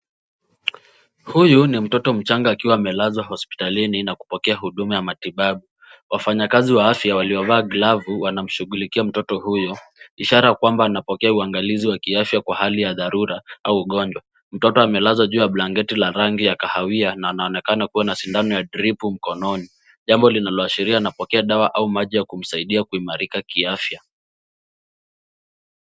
Huyu ni mtoto mchanga akiwa amelazwa hospitalini na kupokea huduma ya matibabu. Wafanyakazi wa afya waliovaa glavu wanamshughulikia mtoto huyo, ishara kwamba anapokea uangalizi wa kiafya kwa hali ya dharura au ugonjwa. Mtoto amelazwa juu ya blanketi la rangi ya kahawia na anaonekana kuwa na sindano ya drip mkononi. Jambo linalooashiria anapokea dawa au maji ya kumsaidia kuimarika kiafya.